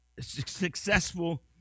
successful